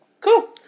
Cool